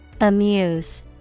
Amuse